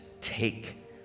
Take